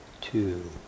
two